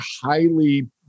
highly